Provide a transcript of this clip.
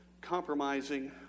compromising